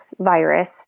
virus